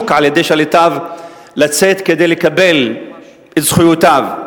על-ידי שליטיו לצאת כדי לקבל את זכויותיו,